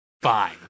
fine